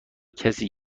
کسی